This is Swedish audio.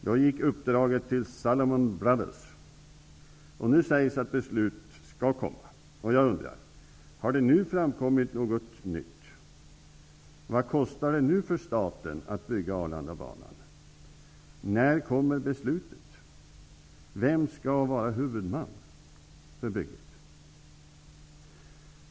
Då gick uppdraget till Salomon Brothers, och nu sägs det att beslut skall komma. Jag undrar: Har det nu framkommit något nytt? Arlandabanan? När kommer beslutet? Vem skall vara huvudman för bygget?